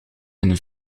een